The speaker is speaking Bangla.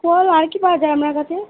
ফল আর কি পাওয়া যায় আপনার কাছে